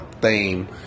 theme